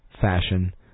fashion